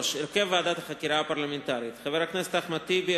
3. הרכב ועדת החקירה הפרלמנטרית: חבר הכנסת אחמד טיבי,